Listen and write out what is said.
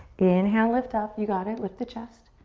inhale, lift up. you got it. lift the chest.